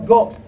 God